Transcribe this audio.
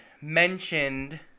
mentioned